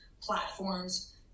platforms